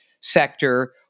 sector